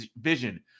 Vision